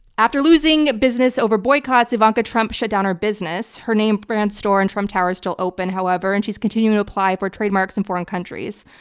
after losing business over boycotts, ivanka trump shut down her business. her name brand store in trump tower is still open, however, and she's continuing to apply for trademarks in foreign countries.